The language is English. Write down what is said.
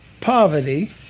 poverty